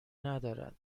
ندارد